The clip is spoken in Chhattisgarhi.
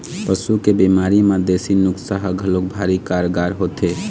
पशु के बिमारी म देसी नुक्सा ह घलोक भारी कारगार होथे